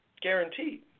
Guaranteed